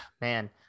man